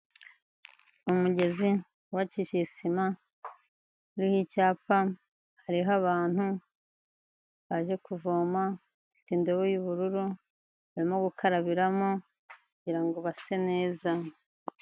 Umugezi wubakishije isima hariho icyapa, hariho abantu baje kuvoma, bafite indobo y'ubururu barimo gukarabiramo kugira ngo base neza.